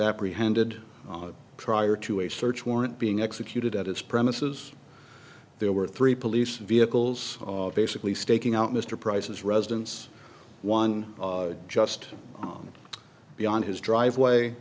apprehended tryer to a search warrant being executed at his premises there were three police vehicles basically staking out mr prices residence one just beyond his driveway